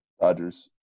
Dodgers